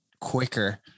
quicker